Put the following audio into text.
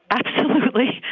absolutely.